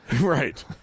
Right